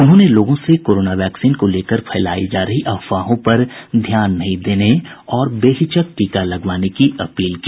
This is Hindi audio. उन्होंने लोगों से कोरोना वैक्सीन को लेकर फैलाई जा रही अफवाहों पर ध्यान नहीं देने और बेहिचक टीका लगवाने की अपील की